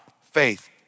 faith